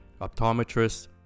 optometrists